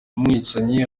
umwicanyi